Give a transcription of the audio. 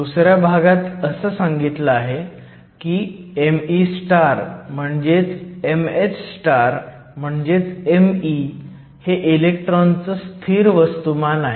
दुसऱ्या भागात असं सांगितलं आहे की me म्हणजेच mh म्हणजेच me हे इलेक्ट्रॉनचं स्थिर वस्तुमान आहे